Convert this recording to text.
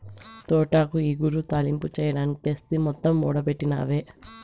తోటాకు ఇగురు, తాలింపు చెయ్యడానికి తెస్తి మొత్తం ఓడబెట్టినవే